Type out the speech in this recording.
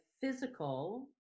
physical